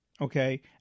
okay